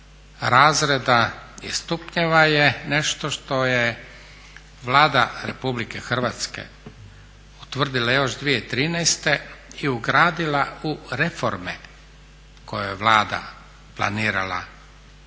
razreda i stupnjeva je nešto što je Vlada RH utvrdila još 2013. i ugradila u reforme koje je Vlada planirala